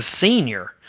senior